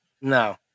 No